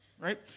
right